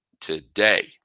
today